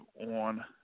on